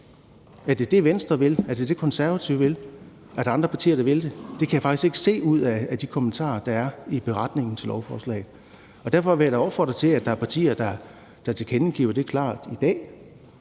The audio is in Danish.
Er det det, Venstre vil? Er det det, De Konservative vil? Er der andre partier, der vil det? Det kan jeg faktisk ikke se ud af de kommentarer, der er i betænkningen til lovforslaget, og derfor vil jeg da opfordre til, at de partier tilkendegiver det klart i dag,